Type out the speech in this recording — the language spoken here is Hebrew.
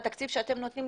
בתקציב שאתם נותנים,